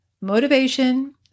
Motivation